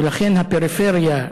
ולכן הפריפריה,